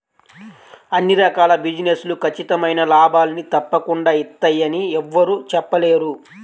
అన్ని రకాల బిజినెస్ లు ఖచ్చితమైన లాభాల్ని తప్పకుండా ఇత్తయ్యని యెవ్వరూ చెప్పలేరు